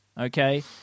Okay